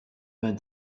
vingt